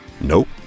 Nope